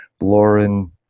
Lauren